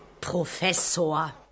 Professor